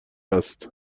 است